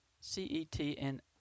C-E-T-N